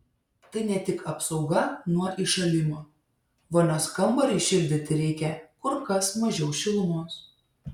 tai ne tik apsauga nuo įšalimo vonios kambariui šildyti reikia kur kas mažiau šilumos